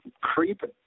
Creeping